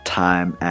time